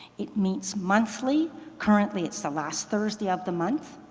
it meets monthly. currently it's the last thursday of the month,